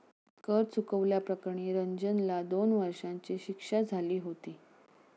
कर चुकवल्या प्रकरणी रंजनला दोन वर्षांची शिक्षा झाली होती